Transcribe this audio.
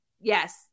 yes